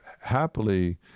happily